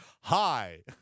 Hi